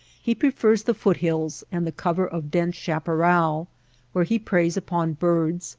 he prefers the foot hills and the cover of dense chaparral where he preys upon birds,